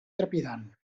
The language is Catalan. trepidant